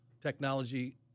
technology